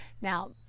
Now